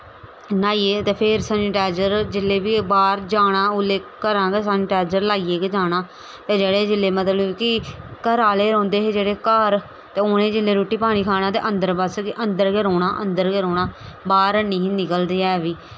न्हाइयै ते फिर सैनिटाइजर जिसले बी बाह्र जाना उसलै घरा गा सैनिटाइजर लाइयै जाना ते जेह्ड़े जिसलै मतलब कि घर आह्ले रौंह्दे हे जेह्ड़े घर ते उ'नें जिसले रुट्टी पानी खाना ते अंदर बस अंदर गै रौह्ना अंदर गै रौह्ना बाह्र नेईं हे निकले ऐ भाई